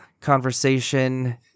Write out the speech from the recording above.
conversation